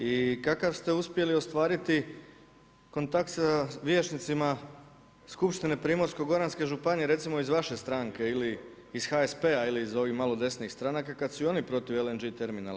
I kakav ste uspjeli ostvariti kontakt sa vijećnicima skupštine primorsko-goranske županije, recimo iz vaše stranke ili iz HSP-a ili iz ovih malo desnijih stranaka, kad su i oni protiv LNG terminala?